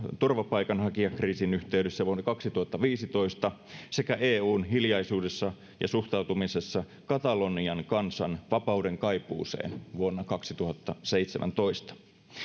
turvapaikanhakijakriisin yhteydessä vuonna kaksituhattaviisitoista sekä eun hiljaisuudessa ja suhtautumisessa katalonian kansan vapaudenkaipuuseen vuonna kaksituhattaseitsemäntoista